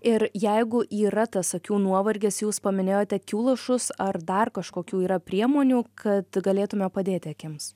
ir jeigu yra tas akių nuovargis jūs paminėjote akių lašus ar dar kažkokių yra priemonių kad galėtume padėti akims